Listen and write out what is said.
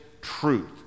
truth